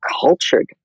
cultured